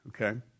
Okay